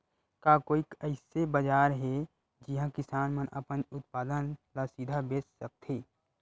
का कोई अइसे बाजार हे जिहां किसान मन अपन उत्पादन ला सीधा बेच सकथे?